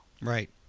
Right